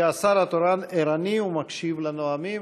כשהשר התורן ערני ומקשיב לנואמים.